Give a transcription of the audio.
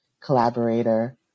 collaborator